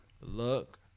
look